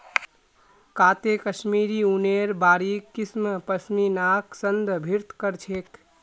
काते कश्मीरी ऊनेर बारीक किस्म पश्मीनाक संदर्भित कर छेक